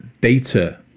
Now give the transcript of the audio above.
data